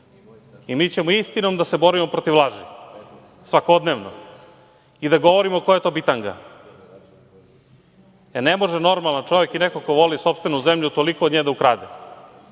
Mi ćemo istinom da se borimo protiv laži svakodnevno i da govorimo koja je to bitanga. Ne može normalan čovek i neko ko voli sopstvenu zemlju toliko od nje da ukrade.